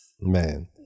Man